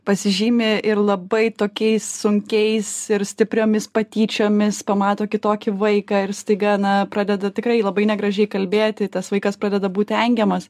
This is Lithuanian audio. pasižymi ir labai tokiais sunkiais ir stipriomis patyčiomis pamato kitokį vaiką ir staiga na pradeda tikrai labai negražiai kalbėti tas vaikas pradeda būt engiamas